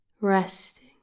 resting